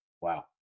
Wow